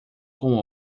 com